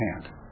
hand